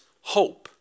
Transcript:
hope